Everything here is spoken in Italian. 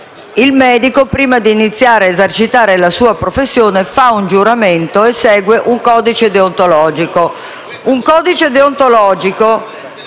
il medico, prima di iniziare a esercitare la sua professione, fa un giuramento e segue un codice deontologico, che all'articolo